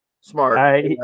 Smart